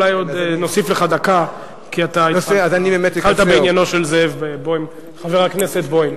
אולי נוסיף לך דקה כי התחלת בעניינו של חבר הכנסת זאב בוים.